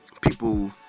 people